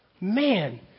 Man